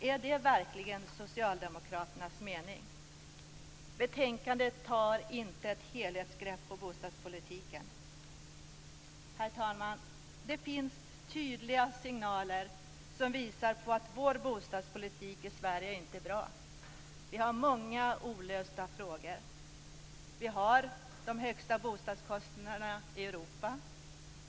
Är det verkligen socialdemokraternas mening? Betänkandet tar inte ett helhetsgrepp på bostadspolitiken. Herr talman! Det finns tydliga signaler som visar att vår bostadspolitik i Sverige inte är bra. Vi har många olösta frågor. Vi har de högsta bostadskostnaderna i Europa.